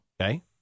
Okay